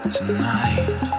Tonight